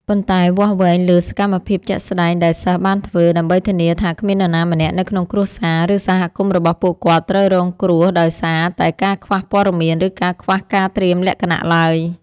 ប៉ុន្តែវាស់វែងលើសកម្មភាពជាក់ស្ដែងដែលសិស្សបានធ្វើ ដើម្បីធានាថាគ្មាននរណាម្នាក់នៅក្នុងគ្រួសារ ឬសហគមន៍របស់ពួកគាត់ត្រូវរងគ្រោះដោយសារតែការខ្វះព័ត៌មាន ឬការខ្វះការត្រៀមលក្ខណៈឡើយ។